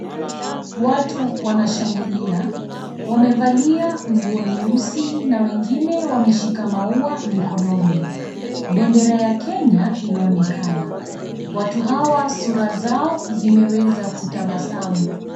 Watu wanashangilia. Wamevalia nguo nyeusi na wengine Wlwameshika maua mikononi. Bendera ya Kenya, inaonekana. Watu hawa, sura zao zimeweza kutabasamu.